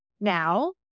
Now